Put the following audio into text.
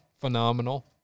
Phenomenal